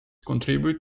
contributed